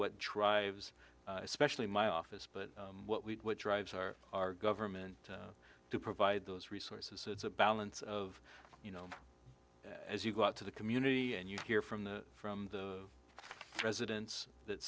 what tribes especially my office but what we what drives our our government to provide those resources it's a balance of you know as you go out to the community and you hear from the from the presidents that